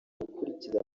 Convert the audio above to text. gukurikiza